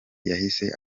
yahise